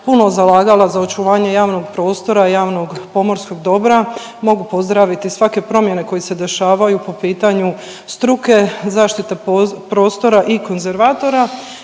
puno zalagala za očuvanje javnog prostora i javnog pomorskog dobra mogu pozdraviti svake promjene koje se dešavaju po pitanju struke, zaštite prostora i konzervatora.